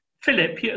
Philip